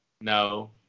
No